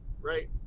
right